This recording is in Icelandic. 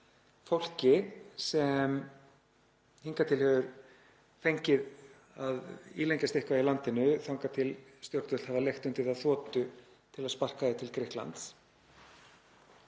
Keflavík, fólki sem hingað til hefur fengið að ílengjast eitthvað í landinu þangað til stjórnvöld hafa leigt undir það þotu til að sparka því til Grikklands